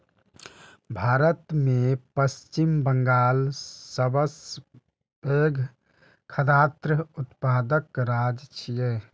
भारत मे पश्चिम बंगाल सबसं पैघ खाद्यान्न उत्पादक राज्य छियै